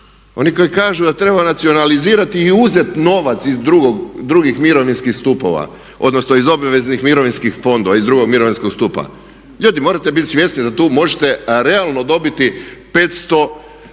oni koji kažu da treba nacionalizirati i uzeti novac iz drugih mirovinskih stupova odnosno iz obveznih mirovinskih fondova, iz 2. mirovinskog stupa. Ljudi morate biti svjesni da tu možete realno dobiti 500 milijuna